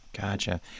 Gotcha